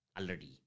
already